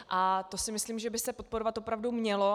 A to si myslím, že by se podporovat opravdu mělo.